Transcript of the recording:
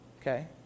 okay